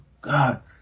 God